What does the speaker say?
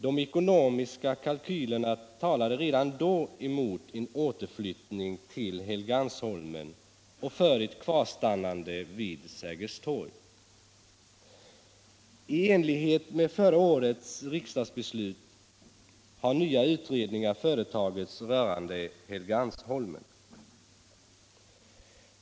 De ekonomiska kalkylerna talade redan i fjol emot en återflyttning till Helgeandsholmen och för ett kvarstannande vid Sergels torg. I enlighet med förra årets riksdagsbeslut har nya utredningar företagits rörande Helgeandsholmen.